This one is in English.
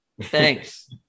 Thanks